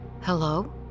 hello